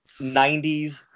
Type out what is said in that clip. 90s